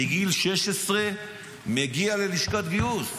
בגיל 16 מגיע ללשכת גיוס,